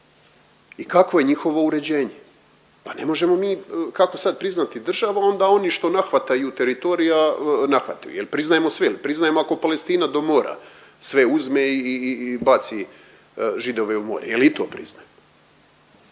i kakvo je njihovo uređenje. Pa ne možemo mi kako sad priznati država onda oni što nahvataju teritorija nahvataju jel, priznajemo sve jel priznajemo ako Palestina do mora sve uzme i baci Židove u more, jel i to priznajemo.